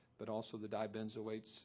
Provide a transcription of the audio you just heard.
but also the dibenzo eight s,